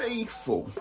Faithful